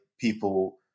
people